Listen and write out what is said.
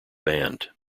band